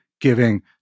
giving